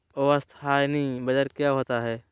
अस्थानी बाजार क्या होता है?